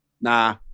Nah